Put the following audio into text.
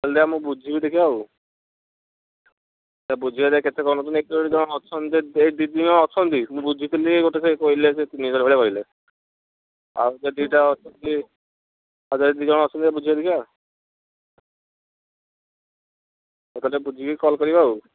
ମୁଁ ବୁଝିବି ଦେଖିବା ଆଉ ବୁଝିବା ଦେଖିବା କେତେ କ'ଣ ନେଉଛନ୍ତି ହେ ଦୁଇ ତିନି ଜଣ ଅଛନ୍ତି ମୁଁ ବୁଝିଥିଲି ଗୋଟେ ସେ କହିଲେ ସେଇ ତିନି ହଜାର ଭଳିଆ କହିଲେ ଆଉ ଏ ଦୁଇଟା ଅଛନ୍ତି ହଉ ଏ ଦୁଇ ଜଣ ଅଛନ୍ତି ବୁଝିବା ଦେଖିବା ବୁଝିକି କଲ୍ କରିବା ଆଉ